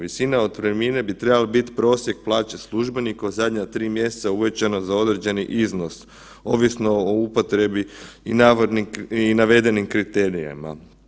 Visina otpremnine bi trebala biti prosjek plaće službenika od zadnja 3 mjeseca uvećana za određeni iznos, ovisno o upotrebni i navedenim kriterijima.